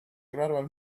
gradual